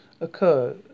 occur